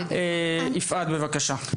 יפעת, בבקשה.